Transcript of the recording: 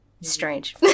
Strange